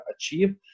achieve